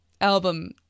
album